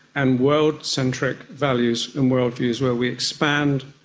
and world-centric values and worldviews where we expand,